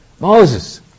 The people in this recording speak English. Moses